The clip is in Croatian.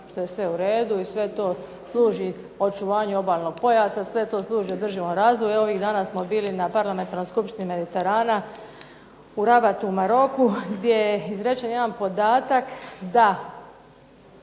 što je sve u redu i sve to služi očuvanju obalnog pojasa, sve to služi održivom razvoju. Evo ovih dana smo bili na parlamentu Skupštine Mediterana u Rabatu u Maroku gdje je izrečen jedan podatak da